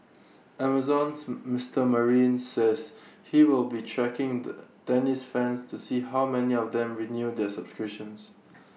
Amazon's Mister marine says he will be tracking the tennis fans to see how many of them renew their subscriptions